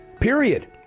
Period